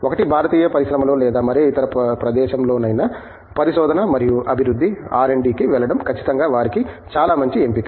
ఒకటి భారతీయ పరిశ్రమలో లేదా మరే ఇతర ప్రదేశంలోనైనా పరిశోధనా మరియు అభివృద్ధి ఆర్ డి కి వెళ్లడం ఖచ్చితంగా వారికి చాలా మంచి ఎంపిక